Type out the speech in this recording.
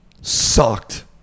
sucked